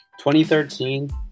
2013